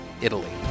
Italy